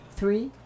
three